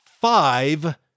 five